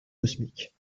cosmique